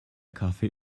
kaffee